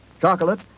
chocolate